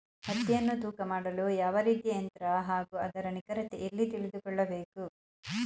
ಹತ್ತಿಯನ್ನು ತೂಕ ಮಾಡಲು ಯಾವ ರೀತಿಯ ಯಂತ್ರ ಹಾಗೂ ಅದರ ನಿಖರತೆ ಎಲ್ಲಿ ತಿಳಿದುಕೊಳ್ಳಬೇಕು?